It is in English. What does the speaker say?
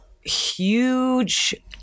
huge